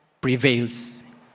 prevails